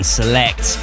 select